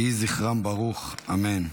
יהי זכרם ברוך, אמן.